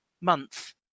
month